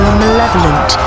malevolent